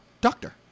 doctor